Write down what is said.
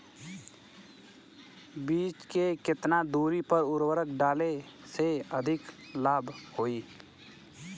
बीज के केतना दूरी पर उर्वरक डाले से अधिक लाभ होई?